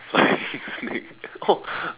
flying snake oh